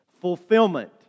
Fulfillment